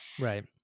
Right